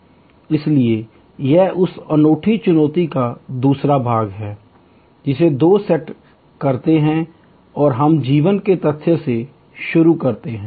इसलिए यह उसी अनूठी चुनौती का दूसरा भाग है जिसे दो सेट कहते हैं और हम जीवन के तथ्य से शुरू करते हैं